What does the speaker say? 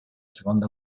seconda